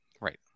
Right